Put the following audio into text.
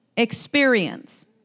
experience